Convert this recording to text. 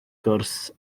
gwrs